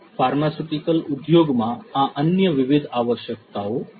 pharmaceutical ઉદ્યોગમાં આ અન્ય વિવિધ આવશ્યકતાઓ છે